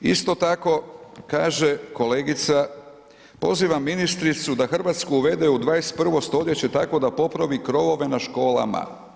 Isto tako kaže kolegica, pozivam ministricu da Hrvatsku uvede u 21. stoljeće tako da popravi krovove u školama.